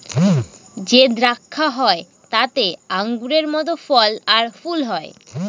যে দ্রাক্ষা হয় তাতে আঙুরের মত ফল আর ফুল হয়